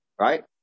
Right